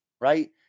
right